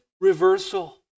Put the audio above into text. reversal